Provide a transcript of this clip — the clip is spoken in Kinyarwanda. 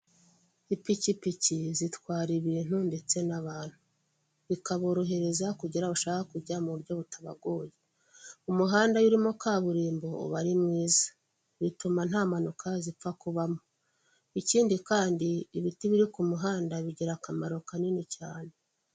Ipikipiki zitwara ibintu ndetse n'abantu bikaborohereza kugera aho bashaka kujya mu buryo butabagoye, umuhanda urimo kaburimbo uba ari mwiza bituma nta mpanuka zipfa kubamo, ikindi kandi ibiti biri ku muhanda bigira akamaro kanini cyane.